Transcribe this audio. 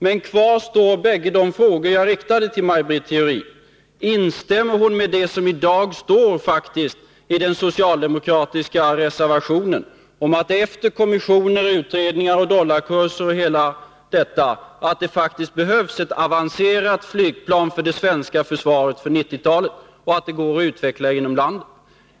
Men kvar står bägge de frågor som jag riktade till Maj Britt Theorin: Instämmer Maj Britt Theorin med det som står i den socialdemokratiska reservationen — efter kommissioner, utredningar, dollarkurser och allt detta — att det faktiskt behövs ett avancerat flygplan för det svenska försvaret på 1990-talet och att det går att utveckla inom landet?